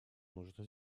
нужно